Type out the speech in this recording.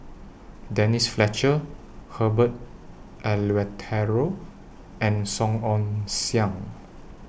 Denise Fletcher Herbert Eleuterio and Song Ong Siang